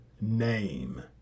name